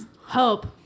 Hope